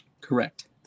Correct